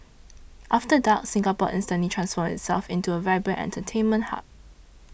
after dark Singapore instantly transforms itself into a vibrant entertainment hub